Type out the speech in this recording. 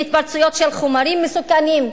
להתפרצויות של חומרים מסוכנים.